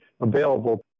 available